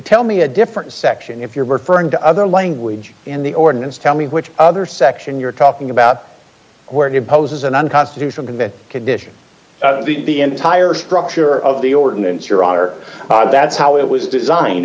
tell me a different section if you're referring to other language and the ordinance tell me which other section you're talking about where he opposes an unconstitutional demand condition the the entire structure of the ordinance your honor that's how it was designed